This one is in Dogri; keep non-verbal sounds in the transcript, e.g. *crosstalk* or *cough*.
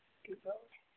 *unintelligible*